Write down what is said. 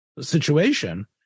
situation